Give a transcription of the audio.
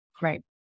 Right